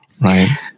right